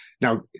Now